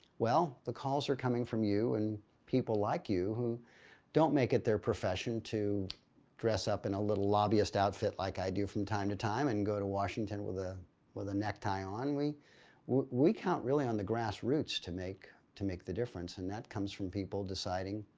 well, the calls are coming from you and people like you who don't make it their profession to dress up in a little lobbyist outfit like i do from time to time and go to washington with a necktie on. we we count really on the grassroots to make to make the difference and that comes from people deciding,